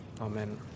Amen